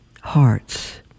hearts